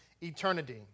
eternity